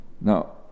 Now